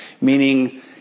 meaning